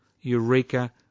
Eureka